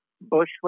Bushwick